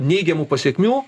neigiamų pasekmių